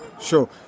Sure